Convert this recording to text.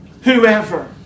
Whoever